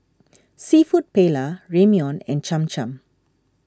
Seafood Paella Ramyeon and Cham Cham